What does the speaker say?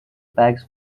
bags